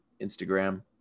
instagram